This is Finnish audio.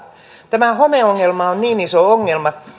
tämä homeongelma on niin iso ongelma